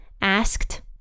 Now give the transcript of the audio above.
asked